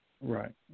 Right